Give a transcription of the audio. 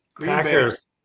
Packers